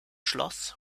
schloss